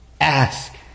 ask